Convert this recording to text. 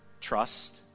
Trust